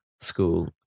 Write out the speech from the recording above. school